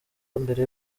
mbere